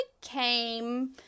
came